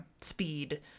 speed